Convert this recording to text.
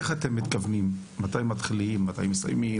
איך אתם מתכוננים, מתי מתחילים, מתי מסיימים?